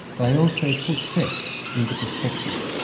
they also put sex into perspective.